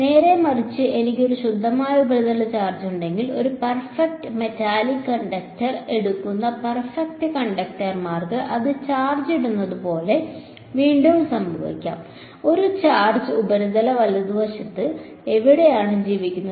നേരെമറിച്ച് എനിക്ക് ഒരു ശുദ്ധമായ ഉപരിതല ചാർജ് ഉണ്ടെങ്കിൽ ഒരു പെർഫെക്റ്റ് മെറ്റാലിക് കണ്ടക്ടർ എടുക്കുന്ന പെർഫെക്റ്റ് കണ്ടക്ടർമാർക്ക് അത് ചാർജ്ജ് ഇടുന്നത് പോലെ വീണ്ടും സംഭവിക്കാം ഒരു ചാർജ് ഉപരിതല വലതുവശത്ത് എവിടെയാണ് ജീവിക്കുന്നത്